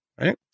right